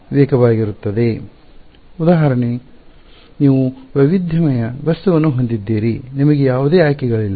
ಆದರೆ ಉದಾಹರಣೆಗೆ ನೀವು ವೈವಿಧ್ಯಮಯ ವಸ್ತುವನ್ನು ಹೊಂದಿದ್ದೀರಿ ನಿಮಗೆ ಯಾವುದೇ ಆಯ್ಕೆಗಳಿಲ್ಲ